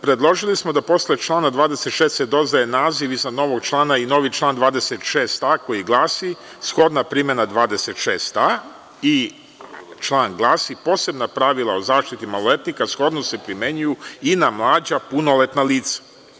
Predložili smo da posle člana 26. se dodaje naziv iznad novog člana i novi član 26a koji glasi: „Shodna primena člana 26a glasi – posebna pravila o zaštiti maloletnika shodno se primenjuju i na mlađa punoletna lica“